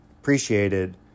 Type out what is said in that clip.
appreciated